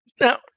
Now